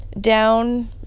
down